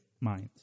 minds